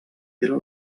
era